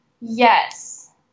Yes